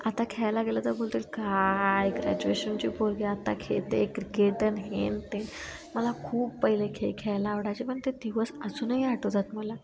आता खेळायला गेलं तर बोलतील काय ग्रॅज्युएशनची पोरगी आता खेळते क्रिकेट आणि हे आणि मला खूप पहिले खेळ खेळायला आवडायचे पण ते दिवस अजूनही आठवतात मला